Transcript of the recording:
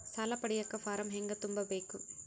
ಸಾಲ ಪಡಿಯಕ ಫಾರಂ ಹೆಂಗ ತುಂಬಬೇಕು?